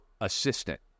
assistant